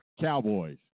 Cowboys